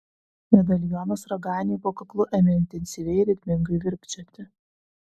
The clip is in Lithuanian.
medalionas raganiui po kaklu ėmė intensyviai ritmingai virpčioti